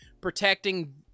protecting